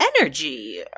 energy